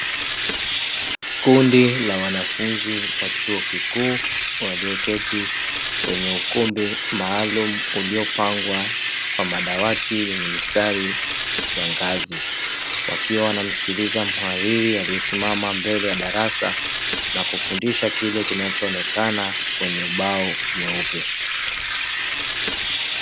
Kundi la wanafunzi wa chuo kikuu, walioketi kwenye ukumbi maalumu uliopangwa kwa madawati yenye mistari ya ngazi, wakiwa wanamsikiliza mhariri aliyesimama mbele ya darasa na kufundisha kile kinachoonekana kwenye ubao mweupe.